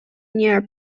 near